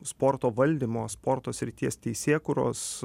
sporto valdymo sporto srities teisėkūros